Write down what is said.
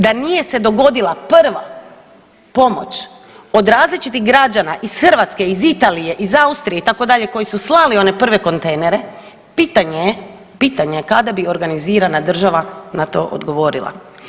Da nije se dogodila prva pomoć od različitih građana iz Hrvatske, iz Italije, iz Austrije itd. koji su slali one prve kontejnere pitanje je, pitanje je kada bi organizirana država na to odgovorila.